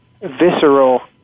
visceral